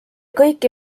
kõiki